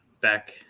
back